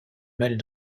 mêle